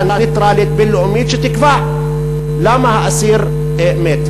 נייטרלית בין-לאומית שתקבע למה האסיר מת?